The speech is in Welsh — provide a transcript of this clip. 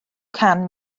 can